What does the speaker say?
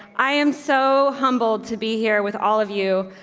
i am so humbled to be here with all of you.